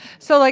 so, like,